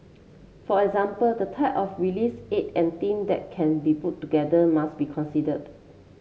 for example the type of reliefs aid and team that can be put together must be considered